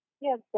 Yes